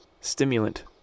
stimulant